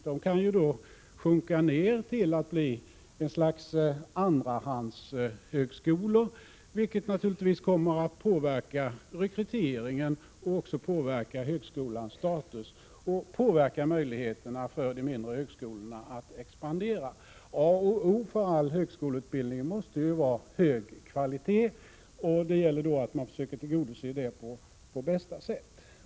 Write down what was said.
De kan ju sjunka ner till att bli något slags andrahandshögskolor, vilket naturligtvis kommer att påverka rekryteringen och också påverka högskolans status och påverka möjligheterna för de mindre högskolorna att expandera. A och O för all högskoleutbildning måste vara hög kvalitet, och det gäller att man försöker tillgodose det på bästa sätt.